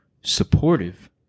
supportive